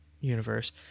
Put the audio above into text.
universe